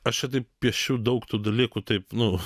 aš čia taip piešiu daug tų dalykų taip nu